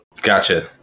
Gotcha